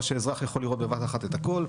מה שאזרח יכול לראות בבת אחת את הכל.